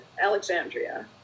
Alexandria